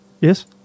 yes